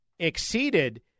Exceeded